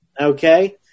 okay